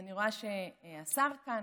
אני רואה שהשר כאן.